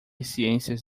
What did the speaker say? ciências